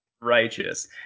Righteous